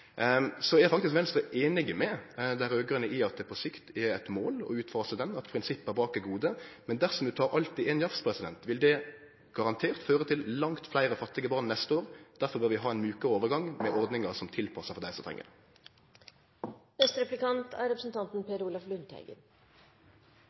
Venstre faktisk einig med dei raud-grøne i at det på sikt er eit mål å utfase denne, at prinsippa bak er gode. Men dersom ein tar alt i ein jafs, vil det garantert føre til langt fleire fattige barn neste år. Derfor bør vi ha ein mjukare overgang med ordningar som er tilpassa dei som treng det. Det er